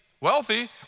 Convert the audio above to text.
wealthy